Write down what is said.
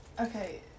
Okay